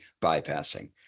bypassing